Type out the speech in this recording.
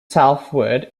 southward